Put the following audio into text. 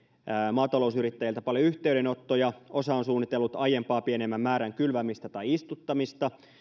maatalousyrittäjiltä paljon yhteydenottoja osa on suunnitellut aiempaa pienemmän määrän kylvämistä tai istuttamista